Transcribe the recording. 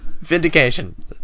Vindication